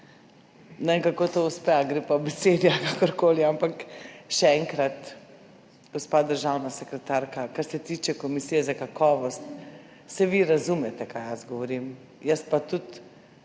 kako to uspe, ali gre po abecedi ali kakorkoli, ampak še enkrat. Gospa državna sekretarka, kar se tiče komisije za kakovost, saj vi razumete, kaj jaz govorim. Jaz pa tudi